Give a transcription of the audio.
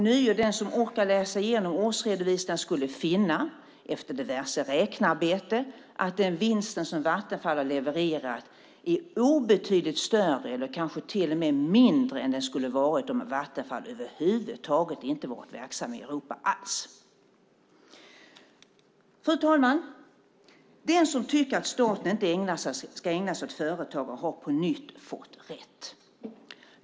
Ni som läser årsredovisningarna skulle efter diverse räknearbete finna att den vinst som Vattenfall har levererat är obetydligt större, eller kanske till och med mindre, än vad den skulle ha varit om Vattenfall över huvud taget inte varit verksamt i Europa. Fru talman! Den som tycker att staten inte ska ägna sig åt företagande har på nytt fått rätt.